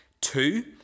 Two